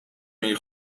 میگی